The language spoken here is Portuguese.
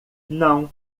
não